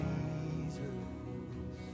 Jesus